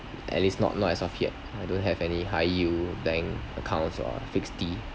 at least not now as of yet I don't have any high yield bank accounts or fixed D